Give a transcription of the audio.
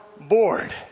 bored